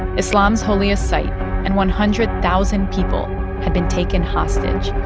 islam's holiest site and one hundred thousand people had been taken hostage.